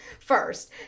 first